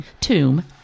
tomb